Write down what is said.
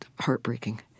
heartbreaking